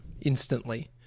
instantly